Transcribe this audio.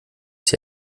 sie